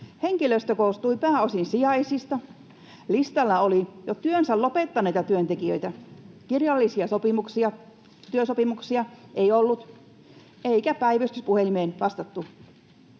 Henkilöstö koostui pääosin sijaisista, listalla oli jo työnsä lopettaneita työntekijöitä, kirjallisia työsopimuksia ei ollut, eikä päivystyspuhelimeen vastattu.